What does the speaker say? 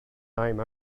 name